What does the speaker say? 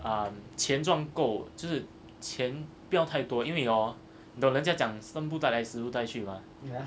um 钱赚够钱不要太多因为 hor 你懂人家讲生不带来死不带去嘛